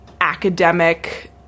academic